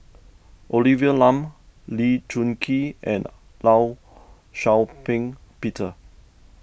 Olivia Lum Lee Choon Kee and Law Shau Ping Peter